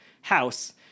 house